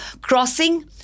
Crossing